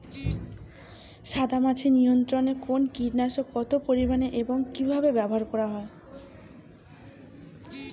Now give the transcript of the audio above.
সাদামাছি নিয়ন্ত্রণে কোন কীটনাশক কত পরিমাণে এবং কীভাবে ব্যবহার করা হয়?